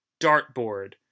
dartboard